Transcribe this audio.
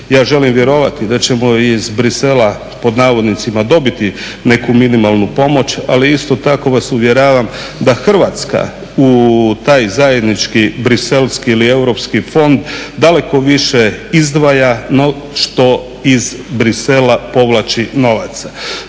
ja želim vjerovati da ćemo i iz Bruxellesa pod navodnicima dobiti neku "minimalnu pomoć" ali isto tako vas uvjeravam da Hrvatska u taj zajednički bruxelleski ili europski fond daleko više izdvaja no što iz Bruxellesa povlači novaca.